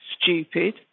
stupid